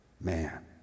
man